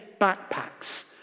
backpacks